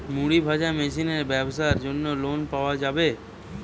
মুড়ি ভাজা মেশিনের ব্যাবসার জন্য লোন পাওয়া যাবে?